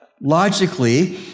Logically